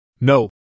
No